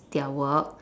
their work